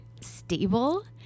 stable